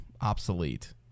obsolete